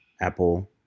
Apple